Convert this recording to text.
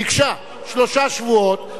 ביקשה שלושה שבועות.